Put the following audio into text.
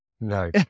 No